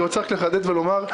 אני רוצה לחדד ולומר,